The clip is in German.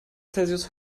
celsius